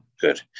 good